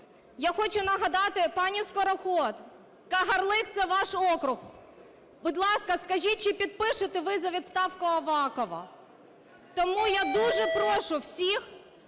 Я хочу нагадати, пані Скороход, Кагарлик – це ваш округ. Будь ласка, скажіть, чи підпишете ви за відставку Авакова? Тому я дуже прошу всіх